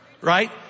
right